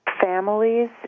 families